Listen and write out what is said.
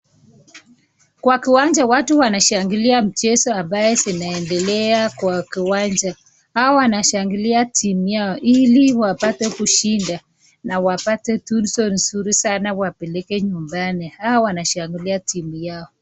Kwa kiwanja watu wanashangilia mchezo ambaye zinaendelea kwa kiwanja. Hawa wanashangilia timu yao ili wapate kushinda na wapate tuzo nzuri sana na wapeleke nyumbani. hawa wanashangilia timu yao.